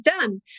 done